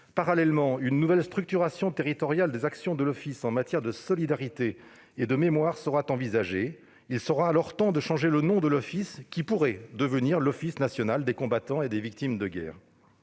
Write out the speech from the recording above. Parallèlement, une nouvelle structuration territoriale des actions de l'Office, en matière de solidarité comme de mémoire, sera envisagée. Il sera alors temps de changer le nom de l'Office, qui pourrait devenir l'Office national des combattants et des victimes de guerre.